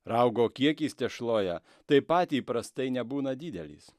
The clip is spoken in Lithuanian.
raugo kiekis tešloje taip pat įprastai nebūna didelis